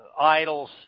idols